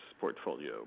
portfolio